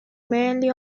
mainly